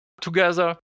together